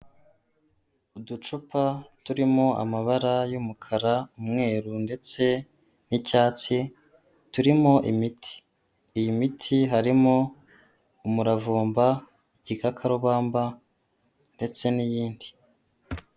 Uducupa turimo amabara y'umukara, umweru ndetse n'icyatsi, turimo imiti. Iyi miti harimo umuravumba, igikakarubamba ndetse n'iyindi.